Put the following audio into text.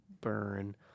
burn